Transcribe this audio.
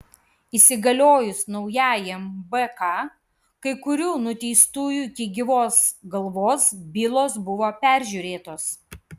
įsigaliojus naujajam bk kai kurių nuteistųjų iki gyvos galvos bylos buvo peržiūrėtos